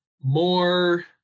more